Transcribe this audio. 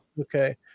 Okay